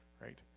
Right